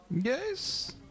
Yes